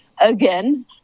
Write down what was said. again